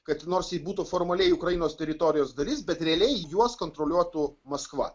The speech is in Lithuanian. kad nors ji būtų formaliai ukrainos teritorijos dalis bet realiai juos kontroliuotų maskva